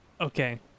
Okay